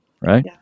right